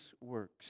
works